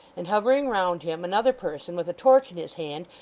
and, hovering round him, another person with a torch in his hand,